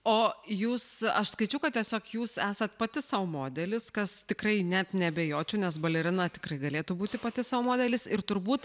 o jūs aš skaičiau kad tiesiog jūs esat pati sau modelis kas tikrai net neabejočiau nes balerina tikrai galėtų būti pati sau modelis ir turbūt